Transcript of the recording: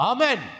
Amen